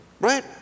right